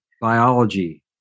biology